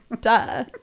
duh